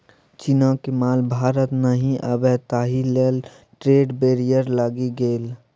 चीनक माल भारत नहि आबय ताहि लेल ट्रेड बैरियर लागि गेल